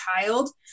child